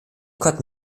konnten